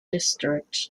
district